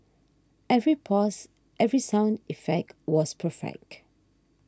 every pause every sound effect was perfect